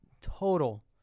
total